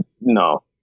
no